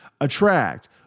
attract